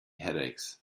headaches